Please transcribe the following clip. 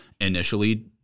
initially